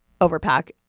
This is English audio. overpack